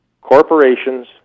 corporations